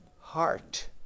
heart